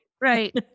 right